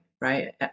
right